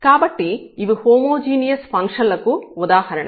కాబట్టి ఇవి హోమోజీనియస్ ఫంక్షన్లకు ఉదాహరణలు